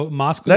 mask